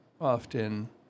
often